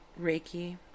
Reiki